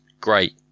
great